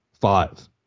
five